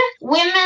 women